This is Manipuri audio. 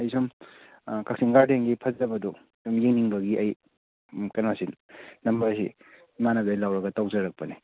ꯑꯩ ꯁꯨꯝ ꯀꯛꯆꯤꯡ ꯒꯥꯔꯗꯦꯟꯒꯤ ꯐꯖꯕꯗꯣ ꯁꯨꯝ ꯌꯦꯡꯅꯤꯡꯕꯒꯤ ꯑꯩ ꯀꯩꯅꯣꯁꯤ ꯅꯝꯕꯔꯁꯤ ꯏꯃꯥꯟꯅꯕꯗꯩ ꯂꯧꯔꯒ ꯇꯧꯖꯔꯛꯄꯅꯦ